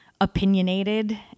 opinionated